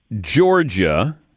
Georgia